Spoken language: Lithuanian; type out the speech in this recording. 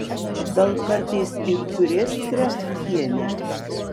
gal kartais ir turės kraftienė